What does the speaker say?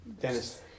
Dennis